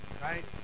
Right